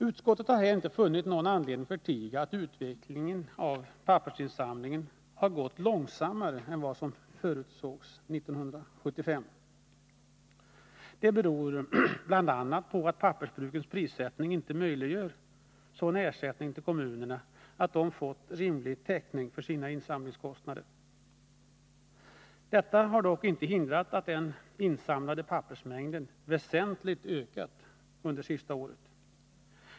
Utskottet har här inte funnit anledning att förtiga att utvecklingen av pappersinsamlingen har gått långsammare än vad som förutsågs 1975. Det beror bl.a. på att pappersbrukens prissä ttning inte möjliggör sådan ersättning till kommunerna att de får rimlig täckning för sina insamlingskostnader. Detta har dock inte hindrat att den insamlade pappersmängden väsentligt ökat under det senaste året.